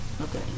Okay